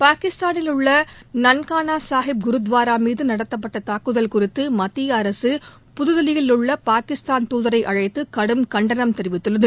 பாகிஸ்தானில் உள்ள நன்கானா சாகிப் குருத்வாரா மீது நடத்தப்பட்ட தாக்குதல் குறித்து மத்திய அரசு புதுதில்லியில் உள்ள பாகிஸ்தான் தூதரை அழைத்து கடும் கண்டனம் தெரிவித்துள்ளது